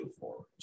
forward